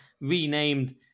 renamed